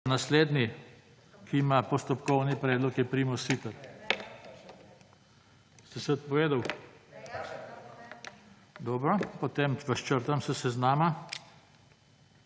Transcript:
Naslednji, ki ima postopkovni predlog je Primož Siter. Ste se odpovedal? Dobro. Potem vas črtam iz seznama.